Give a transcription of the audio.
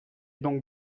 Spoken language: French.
donc